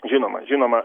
žinoma žinoma